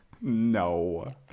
No